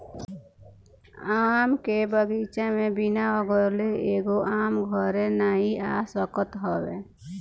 आम के बगीचा में बिना अगोरले एगो आम घरे नाइ आ सकत हवे